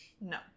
No